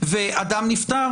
ואדם נפטר?